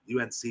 UNC